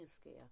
scale